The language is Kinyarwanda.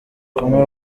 kumwe